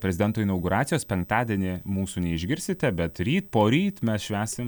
prezidento inauguracijos penktadienį mūsų neišgirsite bet ryt poryt mes švęsim